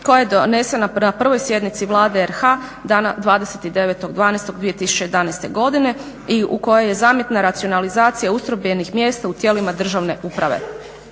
koja je donesena na prvoj sjednici Vlada Republike Hrvatske dana 29.12.2011. godine i u kojoj je zamjetna racionalizacija ustrojbenih mjesta u tijelima državne uprave.